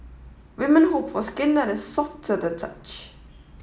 women hope for skin that is soft to the touch